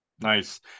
Nice